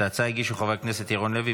את ההצעה הגישו חברי כנסת ירון לוי,